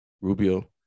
Rubio